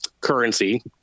currency